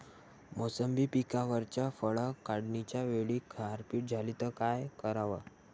मोसंबी पिकावरच्या फळं काढनीच्या वेळी गारपीट झाली त काय कराव?